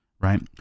right